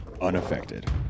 unaffected